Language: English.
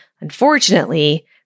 Unfortunately